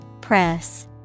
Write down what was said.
Press